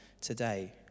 today